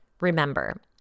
Remember